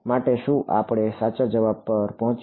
માટે શું આપડે સાચા જવાબ પર પહોંચ્યા